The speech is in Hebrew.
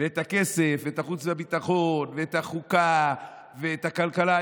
ואת הכספים ואת החוץ וביטחון ואת החוקה ואת הכלכלה,